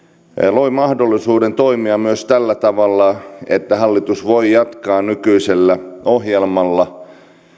loi mahdollisuuden toimia myös tällä tavalla että hallitus voi jatkaa nykyisellä ohjelmalla